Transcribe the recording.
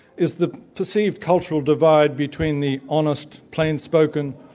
is the perceived cultural divide between the honest, plain-spoken,